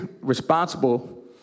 responsible